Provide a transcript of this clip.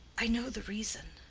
i know the reason.